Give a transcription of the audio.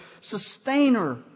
sustainer